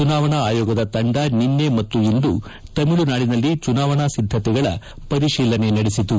ಚುನಾವಣಾ ಆಯೋಗದ ತಂಡ ನಿನ್ನೆ ಮತ್ತು ಇಂದು ತಮಿಳುನಾಡಿನಲ್ಲಿ ಚುನಾವಣಾ ಸಿದ್ದತೆಗಳ ಪರಿಶೀಲನೆ ನಡೆಸಿತು